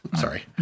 sorry